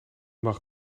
mag